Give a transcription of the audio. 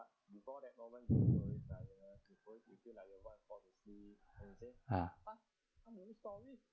uh